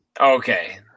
Okay